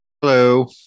Hello